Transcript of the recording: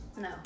No